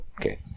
Okay